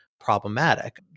problematic